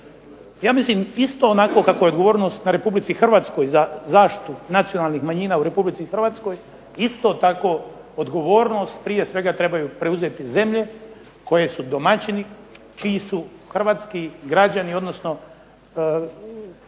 Ja mislim isto onako kako je odgovornost na Republici Hrvatskoj za zaštitu nacionalnih manjina u Republici Hrvatskoj, isto tako odgovornost prije svega trebaju preuzeti zemlje koje su domaćini čiji su Hrvatski građani, odnosno